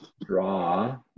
draw